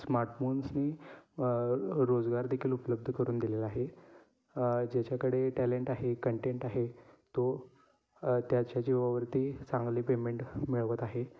स्मार्टफोन्सनी रोजगारदेखील उपलब्ध करून दिलेला आहे ज्याच्याकडे टॅलेंट आहे कंटेंट आहे तो त्याच्या जिवावरती चांगले पेमेंट मिळवत आहे